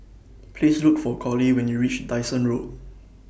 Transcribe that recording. Please Look For Collie when YOU REACH Dyson Road